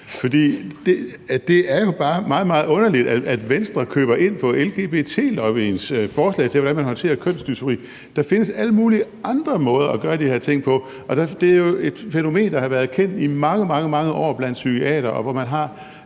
meget underligt, at Venstre køber ind på lgbt-lobbyens forslag til, hvordan man håndterer kønsfysfori. Der findes alle mulige andre måder at gøre de her ting på, og det er jo et fænomen, der har været kendt i mange, mange år blandt psykiatere, og hvor man har